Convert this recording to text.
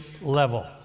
level